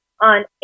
on